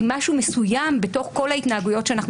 היא משהו מסוים בתוך כל ההתנהגויות שאנחנו